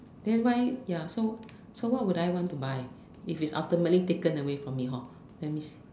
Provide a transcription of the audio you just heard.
then why ya so so why would I want to buy if it's ultimately taken away from me hor